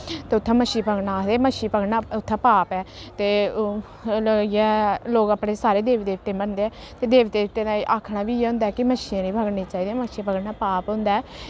ते उत्थै मच्छी पकड़ना आखदे मच्छी पकड़ना उत्थै पाप ऐ ते इ'यै लोक अपने सारे देवी देवतें गी मनदे ते देवी देवतें दा आखना बी इ'यै होंदा ऐ कि मच्छियां निं पकड़नियां चाहि दियां मच्छियां पकड़ना पाप होंदा ऐ